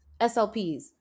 SLPs